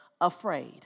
afraid